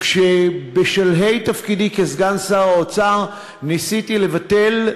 בשלהי תפקידי כסגן שר האוצר ניסיתי לבטל,